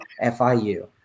FIU